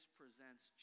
presents